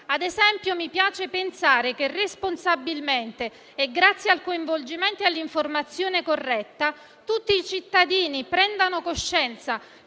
Ad esempio, mi piace pensare che, responsabilmente e grazie al coinvolgimento e all'informazione corretta, tutti i cittadini prendano coscienza